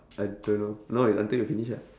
I don't know now is you until you finish ah